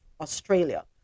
Australia